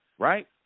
right